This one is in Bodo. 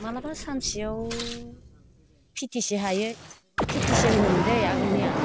मालाबा सानसेयाव फिथिसे हायो फिथिसे होनोमोनदै आगोलनिया